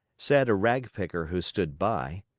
said a ragpicker who stood by.